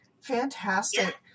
Fantastic